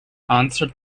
answered